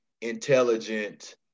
intelligent